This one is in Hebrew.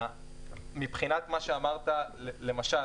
מבחינת מה שאמרת למשל,